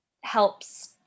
helps